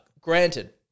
Granted